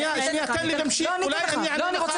אתה אומר, זה